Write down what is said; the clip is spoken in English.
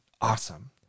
Awesome